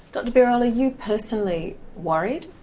dr birol, are you personally worried?